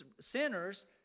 sinners